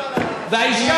אתה מייד אחריו.